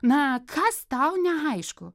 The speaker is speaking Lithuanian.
na kas tau neaišku